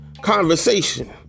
conversation